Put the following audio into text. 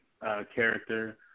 character